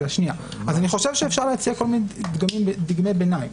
אז אני חושב שאפשר להציע כל מיני דגמי ביניים.